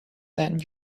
then